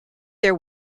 their